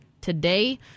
today